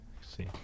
See